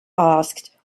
asked